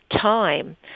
time